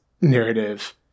narrative